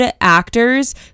actors